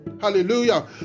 Hallelujah